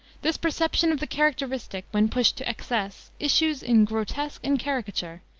this perception of the characteristic, when pushed to excess, issues in grotesque and caricature,